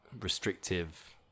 restrictive